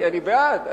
אני בעד.